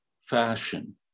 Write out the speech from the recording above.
fashion